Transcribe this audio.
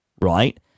right